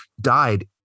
died